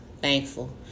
thankful